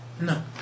No